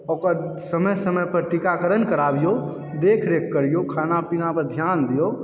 ओकर समय समय पर टीकाकरण कराबियौ देखरेख करियौ खानापीना पर ध्यान दिऔ